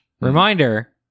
reminder